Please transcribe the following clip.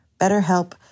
BetterHelp